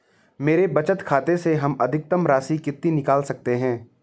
मेरे बचत खाते से हम अधिकतम राशि कितनी निकाल सकते हैं?